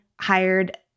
hired